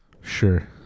Sure